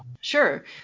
Sure